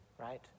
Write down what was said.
right